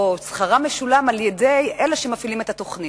או שכרם משולם, על-ידי אלה שמפעילים את התוכנית.